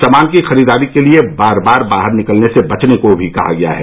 सामान की खरीददारी के लिए बार बार बाहर निकलने से बचने को भी कहा गया है